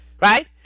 right